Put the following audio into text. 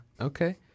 Okay